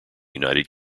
united